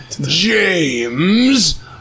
James